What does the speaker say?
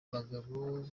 bagabo